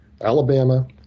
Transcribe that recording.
Alabama